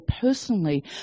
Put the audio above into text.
personally